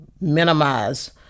minimize